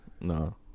No